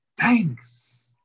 thanks